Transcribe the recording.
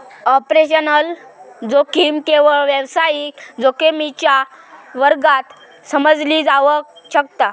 operational जोखीम केवळ व्यावसायिक जोखमीच्या वर्गात समजली जावक शकता